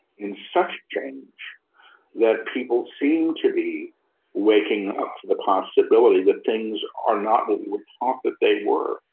in such change that people seem to be waking up to the possibility that things are not what we would talk, that they were,